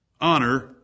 honor